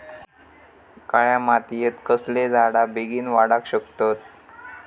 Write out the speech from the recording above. काळ्या मातयेत कसले झाडा बेगीन वाडाक शकतत?